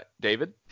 David